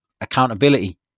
Accountability